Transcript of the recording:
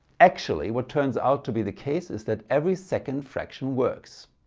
actually what turns out to be the case is that every second fraction works.